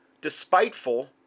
despiteful